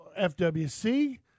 FWC